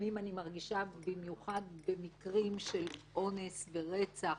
לפעמים אני מרגישה, במיוחד במקרים של אונס ורצח